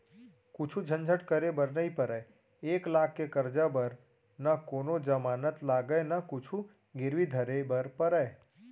कुछु झंझट करे बर नइ परय, एक लाख के करजा बर न कोनों जमानत लागय न कुछु गिरवी धरे बर परय